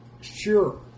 Sure